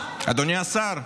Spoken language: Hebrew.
אדוני השר,